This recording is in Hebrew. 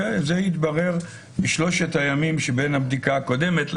וזה יתברר בשלושת הימים שבין הבדיקה הקודמת.